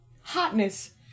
hotness